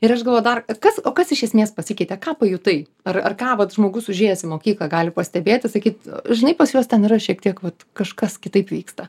ir aš gavau dar kas o kas iš esmės pasikeitė ką pajutai ar ar ką vat žmogus užėjęs į mokyklą gali pastebėt i sakyt žinai pas juos ten yra šiek tiek vat kažkas kitaip vyksta